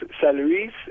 salaries